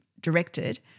directed